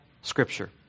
Scripture